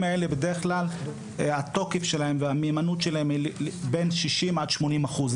האלה בדרך כלל התוקף שלהם והמהימנות שלהם הם בין 60 עד 80 אחוזים.